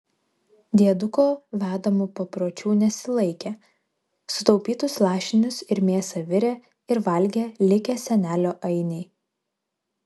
dieduko vedamų papročių nesilaikė sutaupytus lašinius ir mėsą virė ir valgė likę senelio ainiai